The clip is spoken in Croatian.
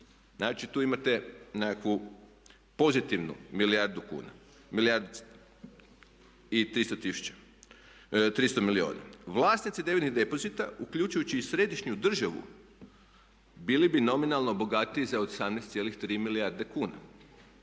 Znači, tu imate nekakvu pozitivnu milijardu kuna, milijardu i 300 milijuna. Vlasnici deviznih depozita uključujući i središnju državu bili bi nominalno bogatiji za 18,3 milijarde kuna.